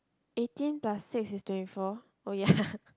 eighteen plus six is twenty four oh ya